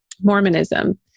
Mormonism